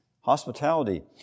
Hospitality